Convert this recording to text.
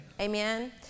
Amen